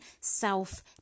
self